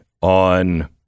on